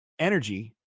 energy